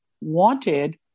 wanted